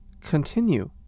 continue